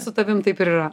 su tavim taip ir yra